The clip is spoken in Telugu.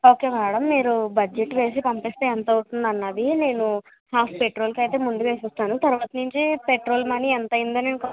ఒకే మ్యాడం మీరు బడ్జెట్ వేసి పంపిస్తే ఎంత అవుతుంది అన్నది నేను హాఫ్ పెట్రోల్ కి అయితే ముందు వేసేస్తాను తర్వాత నుంచి పెట్రోల్ మనీ ఎంత అయింది అనేది